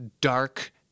dark